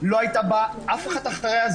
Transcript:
לא הייתה באה אף אחת אחריה,